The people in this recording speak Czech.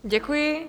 Děkuji.